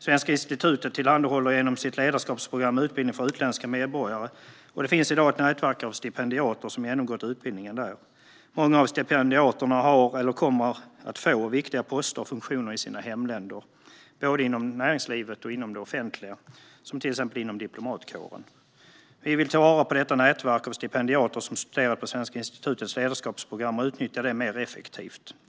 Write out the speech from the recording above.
Svenska institutet tillhandahåller genom sitt ledarskapsprogram utbildning för utländska medborgare, och det finns i dag ett nätverk av stipendia-ter som har genomgått utbildningen. Många av stipendiaterna har eller kommer att få viktiga poster och funktioner i sina hemländer, både inom näringslivet och inom det offentliga, till exempel inom diplomatkåren. Vi vill ta vara på detta nätverk av stipendiater som studerat på Svenska institutets ledarskapsprogram och utnyttja det mer effektivt.